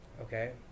Okay